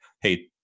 hey